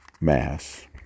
Mass